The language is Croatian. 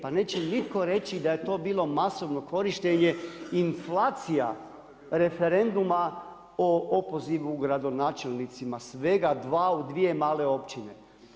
Pa neće nitko reći da je to bilo masovno korištenje inflacija referenduma o opozivu gradonačelnicima, svega dva u dvije male općine.